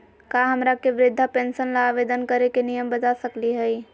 का हमरा के वृद्धा पेंसन ल आवेदन करे के नियम बता सकली हई?